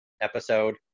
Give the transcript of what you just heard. episode